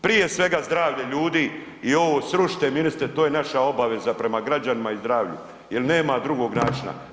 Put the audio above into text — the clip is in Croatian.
Prije svega zdravlje ljudi i ovo srušite ministre to je naša obaveza prema građanima i zdravlju jel nema drugog načina.